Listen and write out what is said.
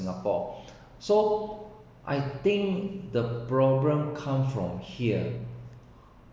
singapore so I think the problem come from here